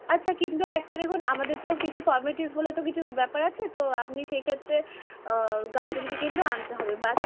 আচ্ছা কিন্তু একটা দেখুন আমাদের তো কিছু ফর্মালিটিস বলে তো কিছু ব্যাপার আছে তো আপনি সেই ক্ষেত্রে গার্জেনকে কিন্তু আনতে হবে বা